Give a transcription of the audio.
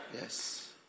Yes